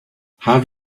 have